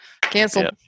canceled